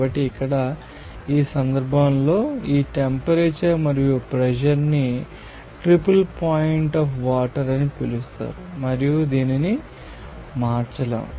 కాబట్టి ఇక్కడ ఈ సందర్భంలో ఈ టెంపరేచర్ మరియు ప్రెషర్ న్ని ట్రిపుల్ పాయింట్ ఆఫ్ వాటర్ అని పిలుస్తారు మరియు దీనిని మార్చలేము